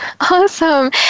Awesome